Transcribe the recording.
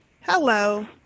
hello